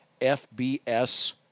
FBS